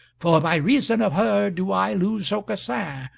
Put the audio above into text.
for by reason of her do i lose aucassin,